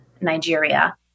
Nigeria